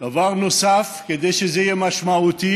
דבר נוסף, כדי שזה יהיה משמעותי,